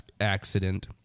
accident